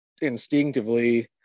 instinctively